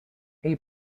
you